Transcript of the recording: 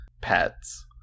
pets